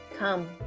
Come